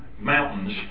mountains